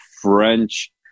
French